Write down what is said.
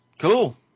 Cool